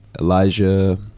Elijah